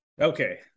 Okay